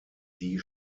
die